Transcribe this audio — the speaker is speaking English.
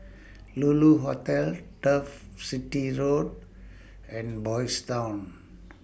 Lulu Hotel Turf City Road and Boys' Town